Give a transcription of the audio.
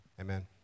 Amen